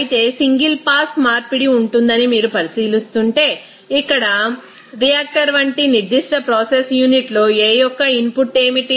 అయితే single pass మార్పిడి ఉంటుందని మీరు పరిశీలిస్తుంటే ఇక్కడ రియాక్టర్ వంటి నిర్దిష్ట ప్రాసెస్ యూనిట్లో A యొక్క ఇన్పుట్ ఏమిటి